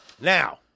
Now